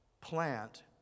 plant